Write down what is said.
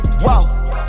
Wow